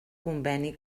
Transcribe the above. conveni